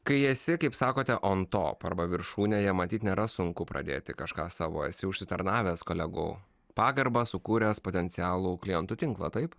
kai esi kaip sakote on top arba viršūnėje matyt nėra sunku pradėti kažką savo esi užsitarnavęs kolegų pagarbą sukūręs potencialų klientų tinklą taip